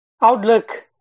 outlook